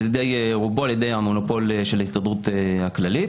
רובו על-ידי המונופול של ההסתדרות הכללית,